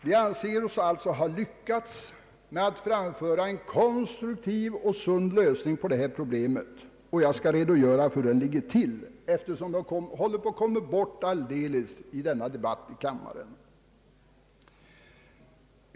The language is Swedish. Vi anser oss alltså ha lyckats med att framföra en konstruktiv och sund lösning på detta problem, och jag skall redogöra för den lösningen, eftersom den tycks ha kommit bort i denna debatt.